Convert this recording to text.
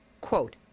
quote